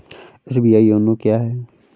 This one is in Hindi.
एस.बी.आई योनो क्या है?